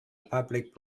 public